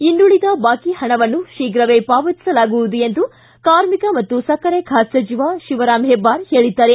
ಇನ್ನುಳಿದ ಬಾಕಿ ಹಣವನ್ನು ಶೀಘವೇ ಪಾವತಿಸಲಾಗುವುದು ಎಂದು ಕಾರ್ಮಿಕ ಮತ್ತು ಸಕ್ಕರೆ ಖಾತೆ ಸಚಿವ ಶಿವರಾಮ ಹೆಬ್ಬಾರ್ ಹೇಳಿದ್ದಾರೆ